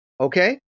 Okay